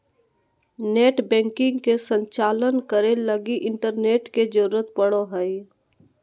net banking के संचालन करे लगी इंटरनेट के जरुरत पड़ो हइ